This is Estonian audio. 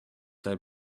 sai